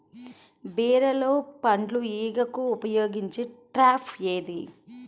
బీరలో పండు ఈగకు ఉపయోగించే ట్రాప్ ఏది?